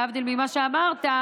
להבדיל ממה שאמרת,